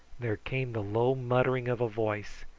there came the low muttering of a voice,